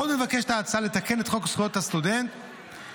עוד מבקשת ההצעה לתקן את חוק זכויות הסטודנט ולקבוע